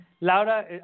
Laura